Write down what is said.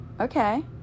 Okay